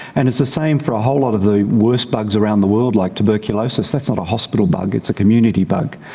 and it's the same for a whole lot of the worst bugs around the world like tuberculosis. that's not a hospital bug, it's a community bug.